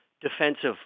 defensive